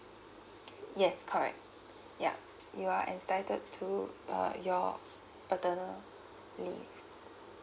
yes correct yeah you are entitled to uh your paternal leaves